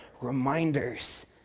reminders